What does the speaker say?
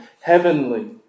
heavenly